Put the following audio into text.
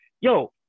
yo